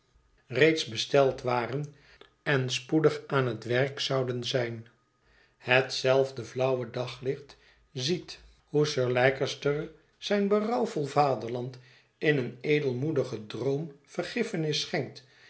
reeds besteld waren en spoedig aan het werk zouden zijn hetzelfde flauwe daglicht ziet hoe sir leihet verlaten huis cester zijn berouwvol vaderland in een edelmoedigen droom vergiffenis schenkt